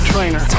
Trainer